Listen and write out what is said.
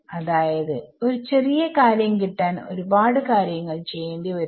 അതായത് ഒരു ചെറിയ കാര്യം കിട്ടാൻ ഒരു പാട് കാര്യങ്ങൾ ചെയ്യേണ്ടി വരുന്നു